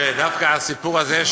דווקא הסיפור הזה,